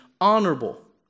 honorable